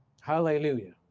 Hallelujah